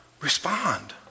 Respond